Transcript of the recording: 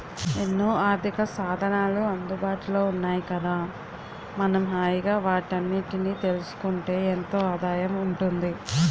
ఎన్నో ఆర్థికసాధనాలు అందుబాటులో ఉన్నాయి కదా మనం హాయిగా వాటన్నిటినీ తెలుసుకుంటే ఎంతో ఆదాయం ఉంటుంది